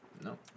No